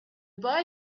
boy